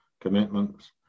commitments